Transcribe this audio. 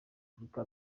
afurika